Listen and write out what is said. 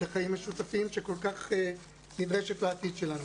לחיים משותפים, שכל כך נדרשת לעתיד שלנו.